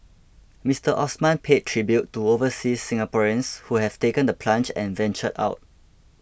Mister Osman paid tribute to overseas Singaporeans who have taken the plunge and ventured out